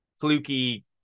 fluky